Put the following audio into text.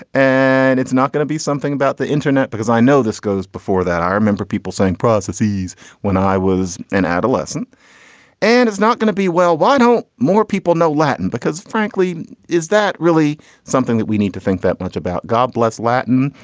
ah and it's not going to be something about the internet, because i know this goes before that. i remember people saying processes when i was an adolescent and it's not going to be. well, why don't more people know latin? because, frankly, is that really something that we need to think that much about? god bless latin.